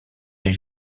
des